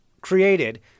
created